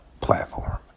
platform